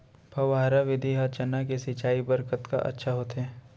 फव्वारा विधि ह चना के सिंचाई बर कतका अच्छा होथे?